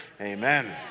Amen